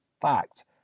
fact